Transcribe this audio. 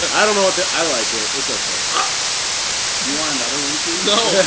but i don't know what that i like it. it's okay. ah you want another one ki no